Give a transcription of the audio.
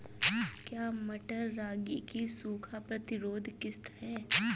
क्या मटर रागी की सूखा प्रतिरोध किश्त है?